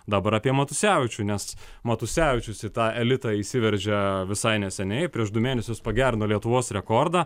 dabar apie matusevičių nes matusevičius į tą elitą įsiveržė visai neseniai prieš du mėnesius pagerino lietuvos rekordą